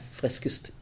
friskest